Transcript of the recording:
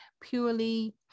purely